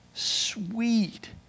sweet